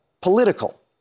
political